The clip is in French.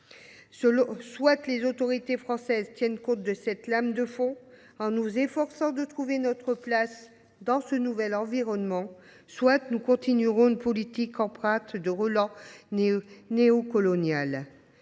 Si les autorités françaises ne tiennent pas compte de cette lame de fond, en s’efforçant de trouver notre place dans ce nouvel environnement, nous continuerons à mener une politique empreinte de relents néocoloniaux.